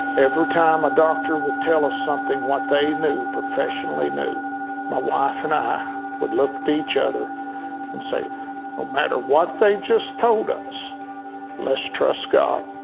every time a doctor would tell us something what they knew professionally knew my wife and i would look at each other and say no matter what they just told us let's trust god.